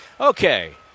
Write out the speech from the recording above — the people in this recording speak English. okay